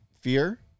fear